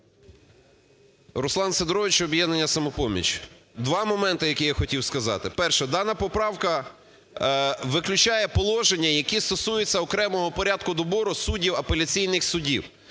Руслан Сидорович, "Об'єднання "Самопоміч". Два моменти, які я хотів сказати. Перше. Дана поправка виключає положення, які стосуються окремого порядку добору суддів апеляційних судів.